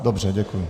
Dobře, děkuji.